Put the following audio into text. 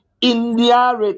India